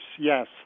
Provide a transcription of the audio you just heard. yes